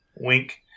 wink